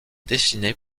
dessinée